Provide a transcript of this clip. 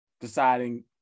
deciding